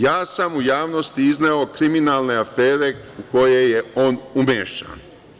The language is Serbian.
Ja sam u javnosti izneo kriminalne afere u koje je on umešan.